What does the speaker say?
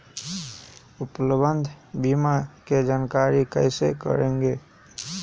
उपलब्ध बीमा के जानकारी कैसे करेगे?